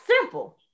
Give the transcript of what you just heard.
simple